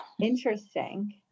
Interesting